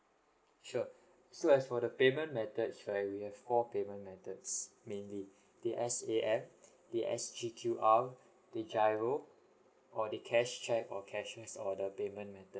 sure so as for the payment method right we have four payment methods mainly the S_A_M the S_G_Q_R the GIRO or the cash cheque or cashier's order payment method